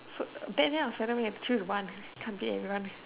so then then I was wondering choose one can't beat everyone